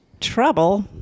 trouble